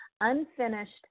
unfinished